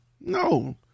no